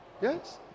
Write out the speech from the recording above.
Yes